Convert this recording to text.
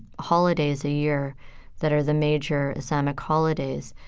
holidays a year that are the major islamic holidays.